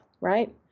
right